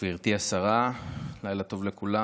גברתי השרה, לילה טוב לכולם.